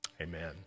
Amen